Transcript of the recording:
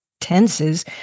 Tenses